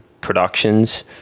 Productions